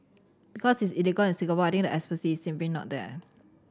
because it's illegal in Singapore I think the expertise is simply not there